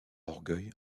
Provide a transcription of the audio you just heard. orgueil